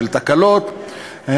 של תיקון תקלות,